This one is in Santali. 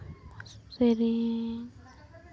ᱥᱮᱨᱮᱧ